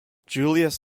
julius